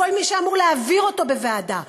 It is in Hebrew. כל מי שאמור להעביר אותו בוועדה,